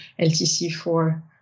LTC4